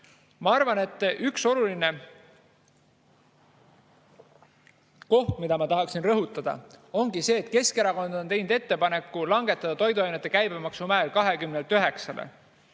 Ma arvan, et üks oluline koht, mida ma tahaksin rõhutada, ongi see, et Keskerakond on teinud ettepaneku langetada toiduainete käibemaksumäär